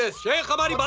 ah shakeel bhai, but